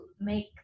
make